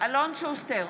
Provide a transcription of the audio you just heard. אלון שוסטר,